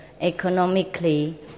economically